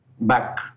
back